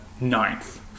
ninth